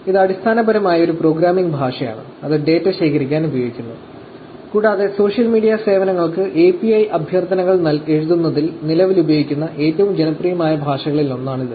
ഇത് അടിസ്ഥാനപരമായി ഒരു പ്രോഗ്രാമിംഗ് ഭാഷയാണ് അത് ഡാറ്റ ശേഖരിക്കാൻ ഉപയോഗിക്കുന്നു കൂടാതെ സോഷ്യൽ മീഡിയ സേവനങ്ങൾക്ക് API അഭ്യർത്ഥനകൾ എഴുതുന്നതിൽ നിലവിൽ ഉപയോഗിക്കുന്ന ഏറ്റവും ജനപ്രിയമായ ഭാഷകളിൽ ഒന്നാണ് ഇത്